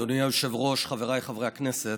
אדוני היושב-ראש, חבריי חברי הכנסת,